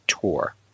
tour